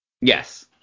Yes